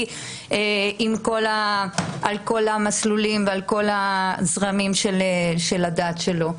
על כל המסלולים ועל כל הזרמים של הדת שלו.